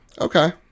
Okay